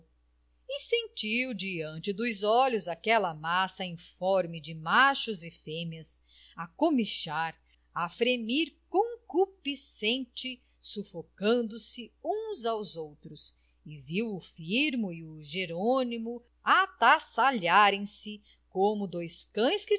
sol e sentiu diante dos olhos aquela massa informe de machos e fêmeas a comichar a fremir concupiscente sufocando se uns aos outros e viu o firmo e o jerônimo atassalharem se como dois